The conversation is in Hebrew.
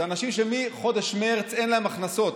אנשים שמחודש מרץ אין להם הכנסות.